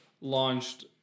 launched